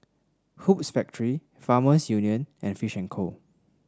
Hoops Factory Farmers Union and Fishing and Co